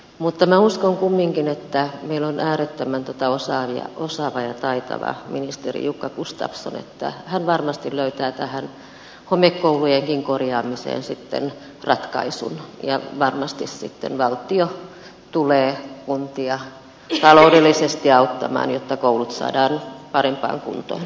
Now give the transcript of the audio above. mutta uskon kumminkin että meillä on äärettömän osaava ja taitava ministeri jukka gustafsson että hän varmasti löytää tähän homekoulujenkin korjaamiseen ratkaisun ja varmasti sitten valtio tulee kuntia taloudellisesti auttamaan jotta koulut saadaan parempaan kuntoon